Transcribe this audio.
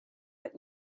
but